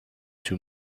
too